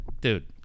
dude